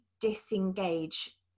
disengage